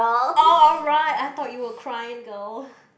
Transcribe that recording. alright I thought you were crying girl